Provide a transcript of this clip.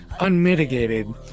unmitigated